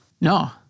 No